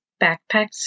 backpacks